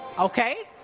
okay.